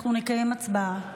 אנחנו נקיים הצבעה.